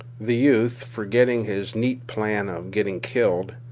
the youth, forgetting his neat plan of getting killed,